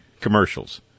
commercials